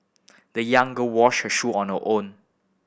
the young girl washed her shoe on her own